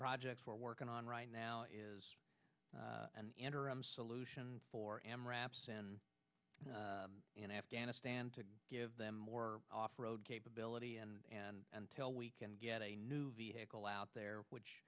projects we're working on right now is an interim solution for m wraps in afghanistan to give them more off road capability and until we can get a new vehicle out there which